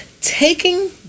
taking